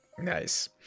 Nice